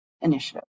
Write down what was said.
initiative